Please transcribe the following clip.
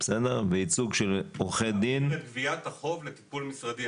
וייצוג של עורכי דין --- כתוב: אחוזים לגביית החוב לטיפול משרדי.